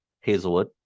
hazelwood